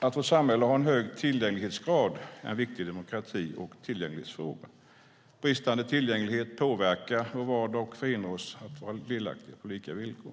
Att vårt samhälle har en hög tillgänglighetsgrad är en viktig demokrati och tillgänglighetsfråga. Bristande tillgänglighet påverkar vår vardag och hindrar oss från att vara delaktiga på lika villkor.